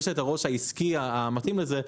יש את הראש העסקי המתאים לזה,